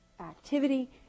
activity